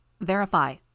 Verify